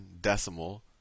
decimal